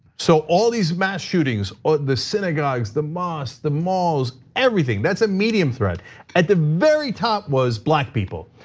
so all these mass shootings are the synagogues, the mosques, the malls, everything that's a medium threat at the very top was black people.